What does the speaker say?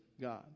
God